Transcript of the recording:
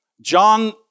John